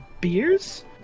beers